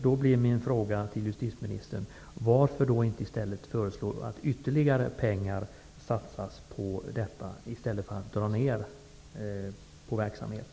Varför inte föreslå att ytterligare pengar skall satsas på att bekämpa ekobrottsligheten i stället för att dra ned på verksamheten?